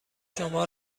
شما